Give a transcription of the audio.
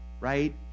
right